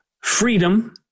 freedom